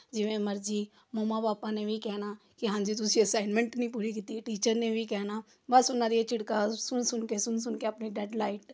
ਜਿਵੇਂ ਮਰਜ਼ੀ ਮੰਮਾ ਪਾਪਾ ਨੇ ਵੀ ਕਹਿਣਾ ਕਿ ਹਾਂਜੀ ਤੁਸੀਂ ਅਸਾਈਨਮੈਂਟ ਨਹੀਂ ਪੂਰੀ ਕੀਤੀ ਟੀਚਰ ਨੇ ਵੀ ਕਹਿਣਾ ਬਸ ਉਹਨਾਂ ਦੀਆਂ ਝਿੜਕਾ ਸੁਣ ਸੁਣ ਕੇ ਸੁਣ ਸੁਣ ਕੇ ਆਪਣੇ ਡੈਡ ਲਾਈਟ